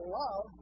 love